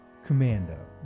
commando